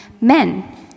Men